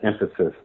emphasis